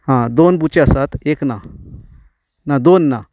आं दोन बुची आसात एक ना ना दोन ना